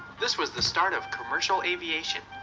this was the start of commercial aviation.